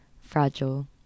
fragile